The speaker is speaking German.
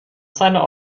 seiner